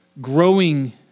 growing